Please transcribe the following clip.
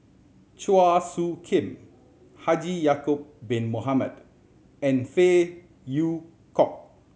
Chua Soo Khim Haji Ya'acob Bin Mohamed and Phey Yew Kok